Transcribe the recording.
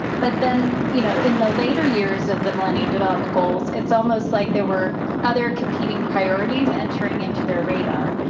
but then you know in the later years of the millennium development goals, it's almost like there were other competing priorities entering into their radar.